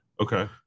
Okay